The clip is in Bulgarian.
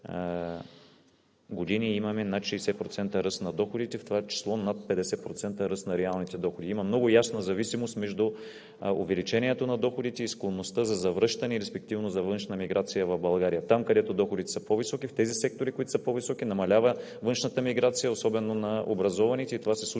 години имаме над 60% ръст на доходите, в това число над 50% ръст на реалните доходи. Има много ясна зависимост между увеличението на доходите и склонността за завръщане и респективно за външна миграция в България. Там, в секторите, където доходите са по-високи, намалява външната миграция, особено на образованите, и това се случва